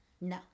No